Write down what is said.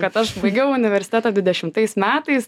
kad aš baigiau universitetą dvidešimtais metais